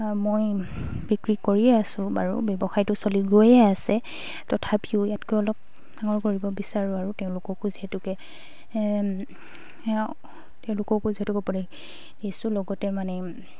মই বিক্ৰী কৰিয়ে আছোঁ বাৰু ব্যৱসায়টো চলি গৈয়ে আছে তথাপিও ইয়াতকৈ অলপ ডাঙৰ কৰিব বিচাৰোঁ আৰু তেওঁলোককো যিহেতুকে তেওঁলোককো যিহেতুকে উপদেশ দিছো লগতে মানে